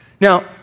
Now